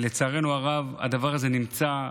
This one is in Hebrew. לצערנו הרב, הדבר הזה נמצא,